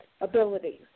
abilities